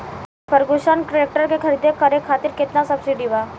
Ferguson tractor के खरीद करे खातिर केतना सब्सिडी बा?